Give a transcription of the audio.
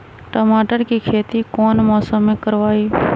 टमाटर की खेती कौन मौसम में करवाई?